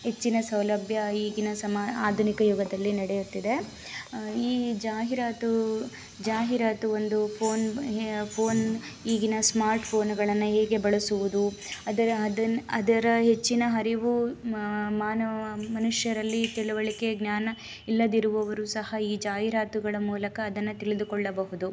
ಹೆಚ್ಚಿನ ಸೌಲಭ್ಯ ಈಗಿನ ಸಮಾ ಆಧುನಿಕ ಯುಗದಲ್ಲಿ ನಡೆಯುತ್ತಿದೆ ಈ ಜಾಹೀರಾತು ಜಾಹೀರಾತು ಒಂದು ಫೋನ್ ಫೋನ್ ಈಗಿನ ಸ್ಮಾರ್ಟ್ಫೋನ್ಗಳನ್ನು ಹೇಗೆ ಬಳಸುವುದು ಅದರ ಅದನ್ನು ಅದರ ಹೆಚ್ಚಿನ ಅರಿವು ಮಾ ಮಾನವ ಮನುಷ್ಯರಲ್ಲಿ ತಿಳುವಳಿಕೆ ಜ್ಞಾನ ಇಲ್ಲದಿರುವವರು ಸಹ ಈ ಜಾಹೀರಾತುಗಳ ಮೂಲಕ ಅದನ್ನು ತಿಳಿದುಕೊಳ್ಳಬಹುದು